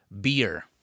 beer